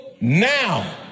now